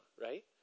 right